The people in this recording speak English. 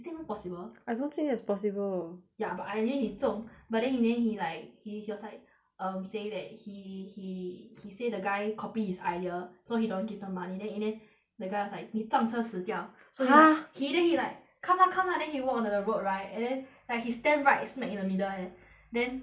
is that even possible I don't think that's possible ya but i~ in the end he 中 but then in the end he like he he was like say um saying that he he he said the guy copy his idea so he don't give him money then in the end the guy was like 你撞车死掉 !huh! so he he then he like come lah come lah then he walk on the road right and then like he stand right smack in the middle eh then